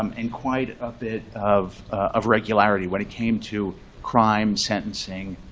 um and quite a bit of of regularity when it came to crime, sentencing,